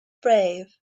brave